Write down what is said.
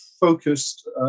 focused